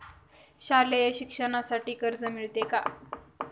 शालेय शिक्षणासाठी कर्ज मिळते का?